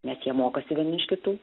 nes jie mokosi vieni iš kitų